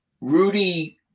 Rudy